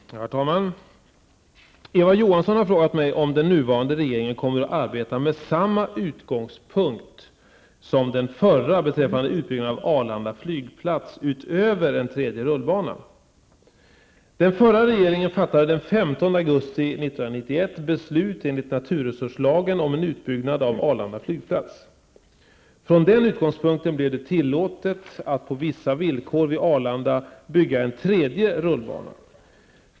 Herr talman! Eva Johansson har frågat mig om den nuvarande regeringen kommer att arbeta med samma utgångspunkt som den förra beträffande utbyggnad av Arlanda flygplats utöver en tredje rullbana. Arlanda flygplats. Från den utgångspunkten blev det tillåtet att på vissa villkor vid Arlanda bygga en tredje rullbana.